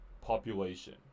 population